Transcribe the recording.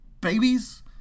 babies